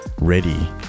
ready